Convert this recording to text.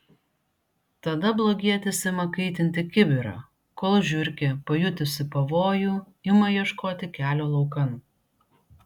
tada blogietis ima kaitinti kibirą kol žiurkė pajutusi pavojų ima ieškoti kelio laukan